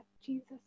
Jesus